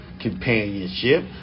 companionship